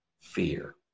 fear